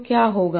तो क्या होगा